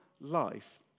life